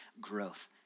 growth